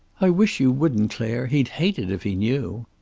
i wish you wouldn't, clare. he'd hate it if he knew.